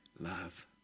love